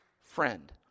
friend